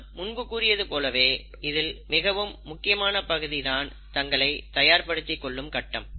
நான் முன்பு கூறியது போலவே இதில் மிகவும் முக்கியமான பகுதி தான் தங்களை தயார்படுத்திக் கொள்ளும் கட்டம்